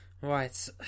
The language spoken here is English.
Right